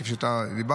כפי שאתה דיברת,